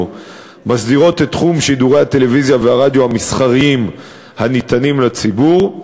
מסדירות את תחום שידורי הטלוויזיה והרדיו המסחריים הניתנים לציבור.